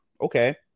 okay